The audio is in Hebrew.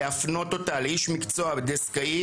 להפנות אותה לאיש מקצוע דסקאי.